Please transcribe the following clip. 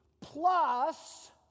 plus